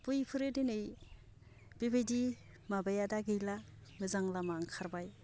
बैफोरो दिनै बेबायदि माबाया दा गैला मोजां लामा ओंखारबाय